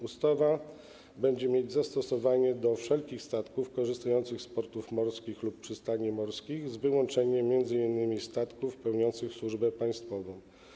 Ustawa będzie mieć zastosowanie do wszelkich statków korzystających z portów morskich lub przystani morskich z wyłączeniem m.in. statków pełniących służbę państwową.